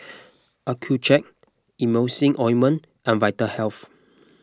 Accucheck Emulsying Ointment and Vitahealth